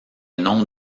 nom